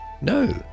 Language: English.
no